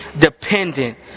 dependent